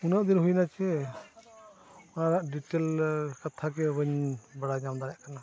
ᱩᱱᱟᱹᱜ ᱫᱤᱱ ᱦᱩᱭᱮᱱᱟ ᱥᱮ ᱚᱱᱟ ᱨᱮᱱᱟᱜ ᱰᱤᱴᱮᱞ ᱠᱟᱛᱷᱟ ᱜᱮ ᱵᱟᱹᱧ ᱵᱟᱲᱟᱭ ᱧᱟᱢ ᱫᱟᱲᱮᱭᱟᱜ ᱠᱟᱱᱟ